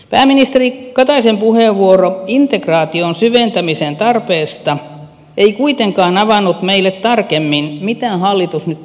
pääministeri kataisen puheenvuoro integraation syventämisen tarpeesta ei kuitenkaan avannut meille tarkemmin mitä hallitus nyt tällä tavoittelee